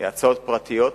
הצעות חוק פרטיות,